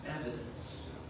evidence